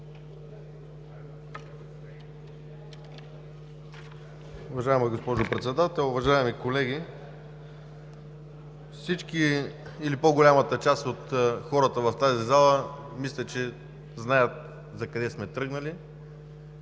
Уважаема госпожо Председател, уважаеми колеги! Всички или по-голямата част от хората в тази зала мисля, че знаят закъде сме тръгнали